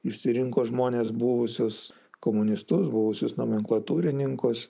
išsirinko žmones buvusius komunistus buvusius nomenklatūrininkus